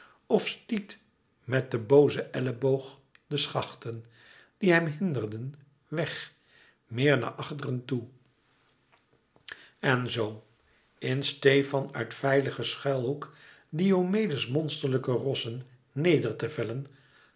of stiet met den boozen elleboog de schachten die hem hinderden weg meer naar achteren toe en zoo in steê van uit veilig en schuilhoek diomedes monsterlijke rossen neder te vellen